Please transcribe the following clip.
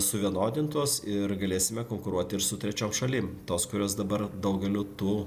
suvienodintos ir galėsime konkuruoti ir su trečiom šalim tos kurios dabar daugelio tų